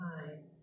time